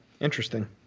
Interesting